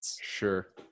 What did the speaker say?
Sure